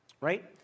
right